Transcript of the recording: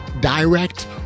direct